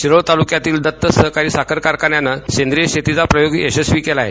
शिरोळ तालुक्यातील दत्त सहकारी साखर कारखान्यानं सेंद्रिय शेतीचा प्रयोग यशस्वी केलाय